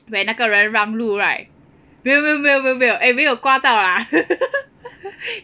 when 那个人让路 right 没有没有没有没有 eh 没有刮到 lah